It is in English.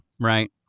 Right